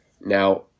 now